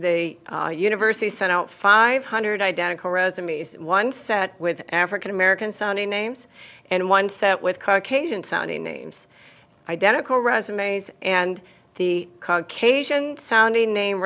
in a university sent out five hundred identical resumes one set with african american sounding names and one set with caucasian sounding names identical resumes and the caucasian sounding name